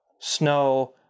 snow